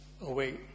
away